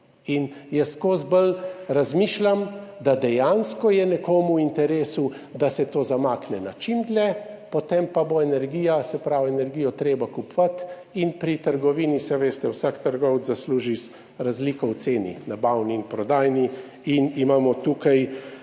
In jaz vedno bolj razmišljam, da je dejansko nekomu v interesu, da se to zamakne za čim dlje, potem pa bo energijo treba kupovati in pri trgovini, saj veste, vsak trgovec zasluži z razliko v ceni, nabavni in prodajni, in imamo tukaj